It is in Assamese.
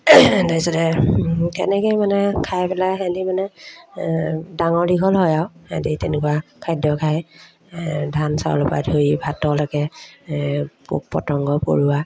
তাৰপিছতে তেনেকৈয়ে মানে খাই পেলাই সিহঁতি মানে ডাঙৰ দীঘল হয় আৰু সিহঁতি তেনেকুৱা খাদ্য খায় ধান চাউলৰপৰা ধৰি ভাতলৈকে পোক পতংগ পৰুৱা